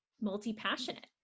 multi-passionate